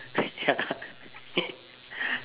and ya